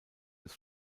des